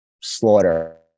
Slaughter